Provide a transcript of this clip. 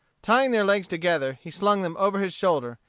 tying their legs together, he slung them over his shoulder,